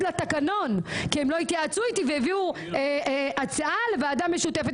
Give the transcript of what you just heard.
לתקנון כי הם לא התייעצו איתי והביאו הצעה לוועדה משותפת.